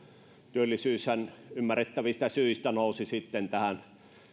työllisyyshän ymmärrettävistä syistä nousi sitten tähän